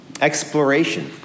exploration